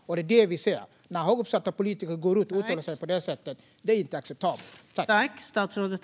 Och det är det vi ser när högt uppsatta politiker går ut och uttalar sig på det sättet. Det är inte acceptabelt.